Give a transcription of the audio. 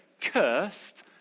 cursed